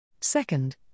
Second